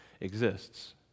exists